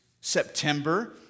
September